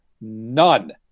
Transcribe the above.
none